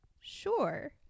Sure